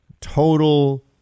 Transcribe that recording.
Total